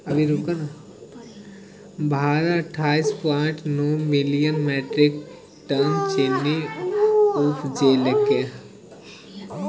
भारत अट्ठाइस point nine million metric ton चीन्नी उपजेलकै